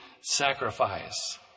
sacrifice